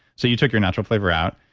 so you took your natural flavor out.